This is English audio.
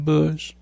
Bush